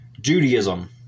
Judaism